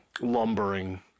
lumbering